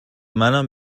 منم